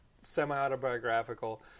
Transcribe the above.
semi-autobiographical